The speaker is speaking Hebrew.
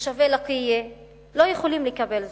תושבי לקיה לא יכולים לקבל זאת,